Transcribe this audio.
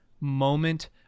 moment